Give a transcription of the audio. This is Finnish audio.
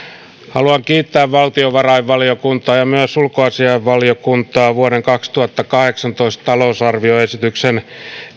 haluan kiittää valtiovarainvaliokuntaa ja myös ulkoasiainvaliokuntaa vuoden kaksituhattakahdeksantoista talousarvioesityksen